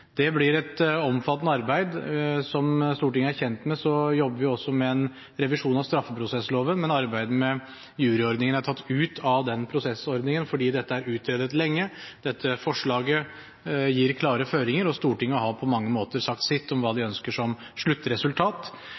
Det blir et omfattende arbeid. Som Stortinget er kjent med, jobber vi også med en revisjon av straffeprosessloven, men arbeidet med juryordningen er tatt ut av den prosessordningen, fordi dette er utredet lenge. Dette forslaget gir klare føringer, og Stortinget har på mange måter sagt sitt om hva de ønsker som sluttresultat.